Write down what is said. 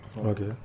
okay